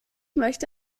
möchte